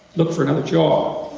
look for another job.